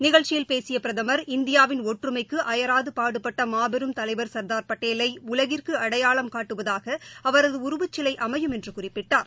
நிகழ்ச்சியில் பேசிய பிரதமர் இந்தியாவின் ஒற்றுமைக்கு அபராது பாடுபட்ட மாபெரும் தலைவர் ள்தார் படேலை உலகிற்கு அடையாளம் காட்டுவதாக அவரது உருவச்சிலை அமையும் என்று குறிப்பிட்டார்